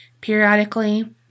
periodically